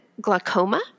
glaucoma